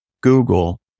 Google